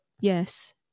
Yes